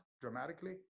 dramatically